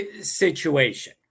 situation